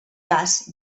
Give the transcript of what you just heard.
cas